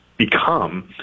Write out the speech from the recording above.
Become